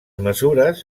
mesures